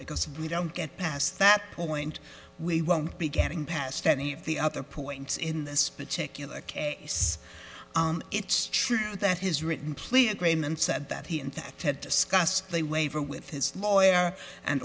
because we don't get past that point we won't be getting past any of the other points in this particular case it's true that his written plea agreement said that he in fact had discussed a waiver with his lawyer and